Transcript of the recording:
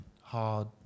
hard